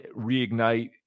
reignite